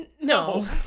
no